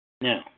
Now